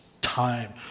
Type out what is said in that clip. time